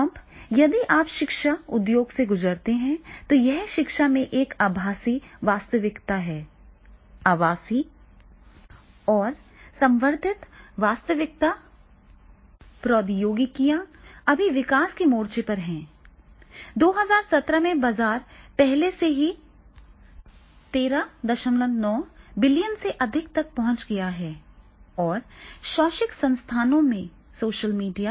अब यदि आप शिक्षा उद्योग से गुजरते हैं तो यह शिक्षा में एक आभासी वास्तविकता है आभासी और संवर्धित वास्तविकता प्रौद्योगिकियां अभी विकास के मोर्चे पर हैं 2017 में बाजार पहले से ही 139 बिलियन से अधिक तक पहुंच गया है और शैक्षिक संस्थानों में सोशल मीडिया